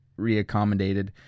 reaccommodated